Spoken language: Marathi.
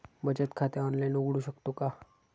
बचत खाते ऑनलाइन उघडू शकतो का?